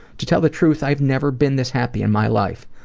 to tell the truth, i have never been this happy in my life.